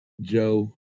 Joe